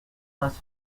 first